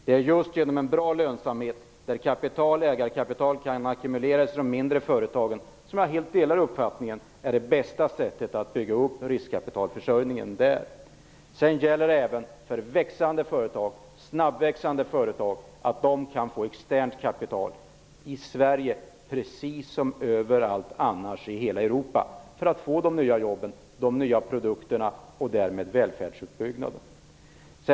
Det är just genom en bra lönsamhet där ägarkapital kan ackumuleras i de mindre företagen. Jag delar uppfattningen att detta är det bästa sättet att bygga upp riskkapitalförsörjningen. Sedan gäller det även för snabbväxande företag att få tillgång till externt kapital i Sverige, precis som överallt annars i hela Europa - detta för att få de nya jobben, de nya produkterna och därmed en välfärdsutbyggnad.